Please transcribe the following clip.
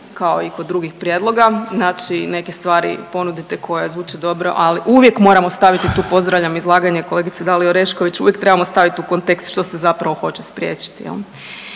kao i kod drugih prijedloga, znači neke stvari ponudite koje zvuče dobro, ali uvijek moramo staviti, tu pozdravljam izlaganje kolegice Dalije Orešković, uvijek trebamo staviti u kontekst što se zapravo hoće spriječiti,